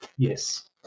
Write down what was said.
Yes